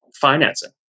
financing